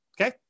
okay